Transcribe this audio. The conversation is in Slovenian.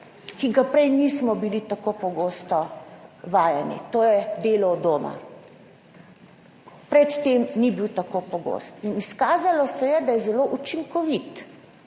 ki je prej nismo bili tako pogosto vajeni, to je delo od doma. Pred tem ni bilo tako pogosto in izkazalo se je, da je zelo učinkovito,